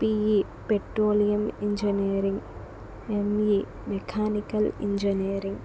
pe petroleum engineering me mechanical engineering